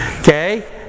okay